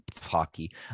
hockey